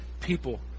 people